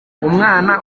umwana